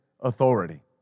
Authority